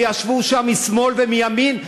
וישבו שם משמאל ומימין,